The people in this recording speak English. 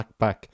backpack